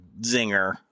Zinger